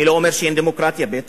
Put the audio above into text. אני לא אומר שאין דמוקרטיה; בטח,